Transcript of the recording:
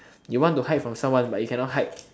you want to hide from someone but you cannot hide